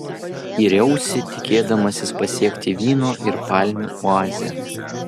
yriausi tikėdamasis pasiekti vyno ir palmių oazę